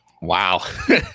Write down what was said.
Wow